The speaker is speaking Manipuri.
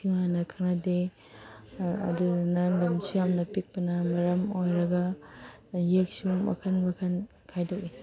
ꯏꯟꯊꯤ ꯅꯨꯡꯉꯥꯏꯅ ꯈꯪꯅꯗꯦ ꯑꯗꯨꯗꯨꯅ ꯂꯝꯁꯨ ꯌꯥꯝꯅ ꯄꯤꯛꯄꯅ ꯃꯔꯝ ꯑꯣꯏꯔꯒ ꯌꯦꯛꯁꯨ ꯃꯈꯜ ꯃꯈꯜ ꯈꯥꯏꯗꯣꯛꯏ